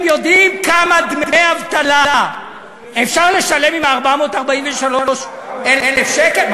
אתם יודעים כמה דמי אבטלה אפשר לשלם עם 443,000 השקל?